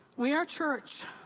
we are church.